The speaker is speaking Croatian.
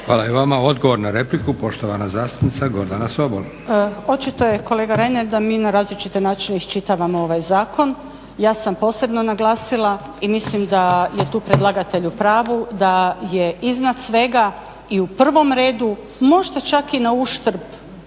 Hvala i vama. Odgovor na repliku poštovana zastupnica Gordana Sobol. **Sobol, Gordana (SDP)** Očito je kolega Reiner da mi na različite načine isčitavamo ovaj Zakon. Ja sam posebno naglasila i mislim da je tu predlagatelj u pravu da je iznad svega i u prvom redu možda čak i na uštrb